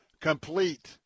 complete